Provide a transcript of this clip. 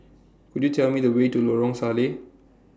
Could YOU Tell Me The Way to Lorong Salleh